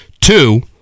Two